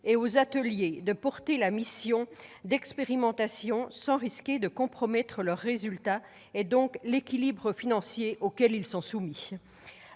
et aux ateliers de mener leur mission d'expérimentation sans risquer de compromettre leurs résultats et, donc, l'équilibre financier auquel ils sont soumis.